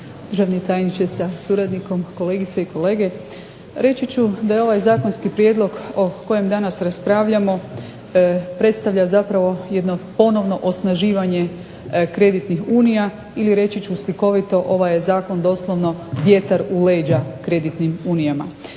državni tajniče sa suradnikom, kolegice i kolege. Reći ću da ovaj zakonski prijedlog o kojem danas raspravljamo predstavlja zapravo jedno ponovno osnaživanje kreditnih unija ili reći ću slikovito ovaj je zakon doslovno vjetar u leđa kreditnim unijama.